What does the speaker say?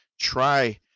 try